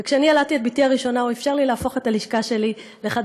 וכשאני ילדתי את בתי הראשונה הוא אפשר לי להפוך את הלשכה שלי לחדר